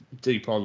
deep